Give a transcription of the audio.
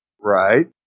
Right